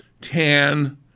tan